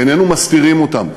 איננו מסתירים אותם.